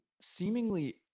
seemingly